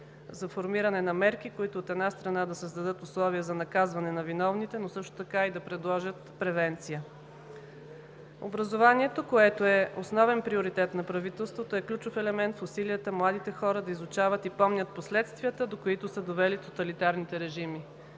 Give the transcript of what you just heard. за формиране на мерки, които, от една страна, да създадат условия за наказване на виновните, но също така и да предложат превенция. Образованието, което е основен приоритет на правителството, е ключов елемент в усилията младите хора да изучават и помнят последствията, до които са довели тоталитарните режими